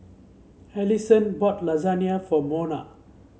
Allison bought Lasagne for Monna